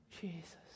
Jesus